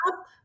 up